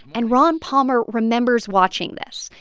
and ron palmer remembers watching this.